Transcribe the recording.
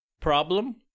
problem